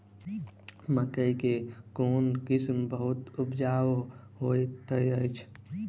मकई केँ कोण किसिम बहुत उपजाउ होए तऽ अछि?